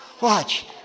Watch